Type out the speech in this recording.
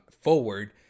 forward